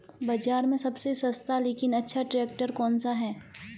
बाज़ार में सबसे सस्ता लेकिन अच्छा ट्रैक्टर कौनसा है?